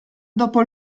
dopo